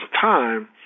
time